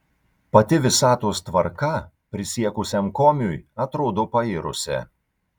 pati visatos tvarka prisiekusiam komiui atrodo pairusi